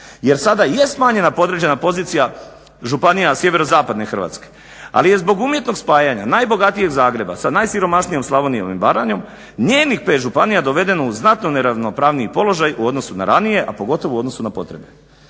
Jer sada i je smanjena podređena pozicija županija sjeverozapadne Hrvatske, ali je zbog umjetnog spajanja najbogatijeg Zagreba sa najsiromašnijom Slavonijom i Baranjom njenih 5 županija dovedeno u znatno neravnopravniji položaj u odnosu na ranije, a pogotovo u odnosu na potrebe.